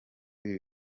ibi